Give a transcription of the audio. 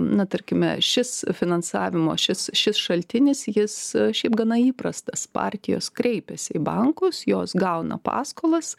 na tarkime šis finansavimo šis šis šaltinis jis šiaip gana įprastas partijos kreipėsi į bankus jos gauna paskolas